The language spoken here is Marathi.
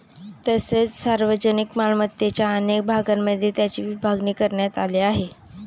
तसेच सार्वजनिक मालमत्तेच्या अनेक भागांमध्ये त्याची विभागणी करण्यात आली आहे